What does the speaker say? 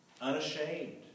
unashamed